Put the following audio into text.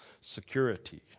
security